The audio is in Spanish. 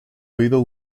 oído